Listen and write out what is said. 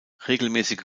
regelmäßige